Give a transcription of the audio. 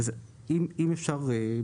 אם אפשר,